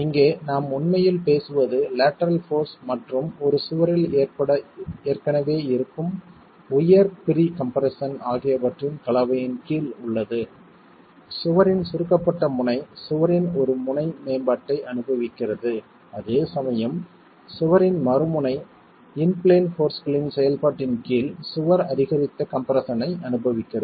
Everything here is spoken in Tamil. இங்கே நாம் உண்மையில் பேசுவது லேட்டரல் போர்ஸ் மற்றும் ஒரு சுவரில் ஏற்கனவே இருக்கும் உயர் ப்ரீ கம்ப்ரெஸ்ஸன் ஆகியவற்றின் கலவையின் கீழ் உள்ளது சுவரின் சுருக்கப்பட்ட முனை சுவரின் ஒரு முனை மேம்பாட்டை அனுபவிக்கிறது அதே சமயம் சுவரின் மறுமுனை இன் பிளேன் போர்ஸ்களின் செயல்பாட்டின் கீழ் சுவர் அதிகரித்த கம்ப்ரெஸ்ஸன் ஐ அனுபவிக்கிறது